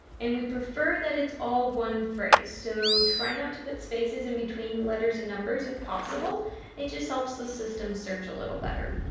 and we prefer that it's all one phrase, so try not to put spaces and between letters and numbers if possible it just helps the system search a little better.